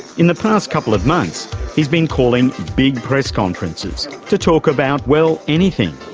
in the past couple of months he's been calling big press conferences to talk about, well, anything.